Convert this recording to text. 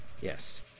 yes